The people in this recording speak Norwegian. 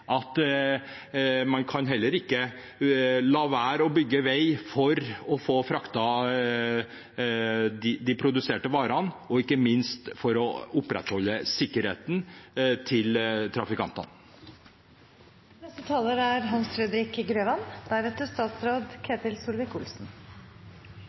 Men man kan heller ikke la være å bygge vei for å få fraktet de produserte varene – og ikke minst for å opprettholde sikkerheten til trafikantene. Denne saken handler om gjennomføring av prosjektet rv. 555, Sotrasambandet i Bergen og Fjell. Det er